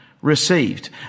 received